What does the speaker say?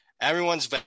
everyone's